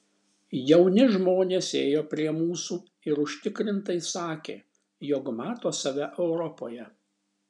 jauni žmonės ėjo prie mūsų ir užtikrintai sakė jog mato save europoje